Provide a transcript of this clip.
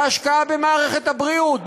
מהשקעה במערכת הבריאות,